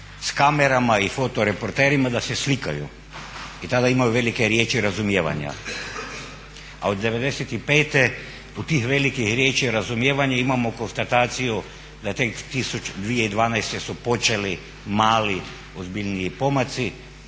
s kamerama i fotoreporterima da se slikaju i tada imaju velike riječi razumijevanja, a od '95.od tih velikih riječi i razumijevanja imamo konstataciju da su 2012.počeli mali ozbiljniji pomaci,